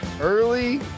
Early